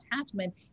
attachment